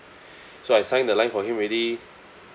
so I sign the line for him already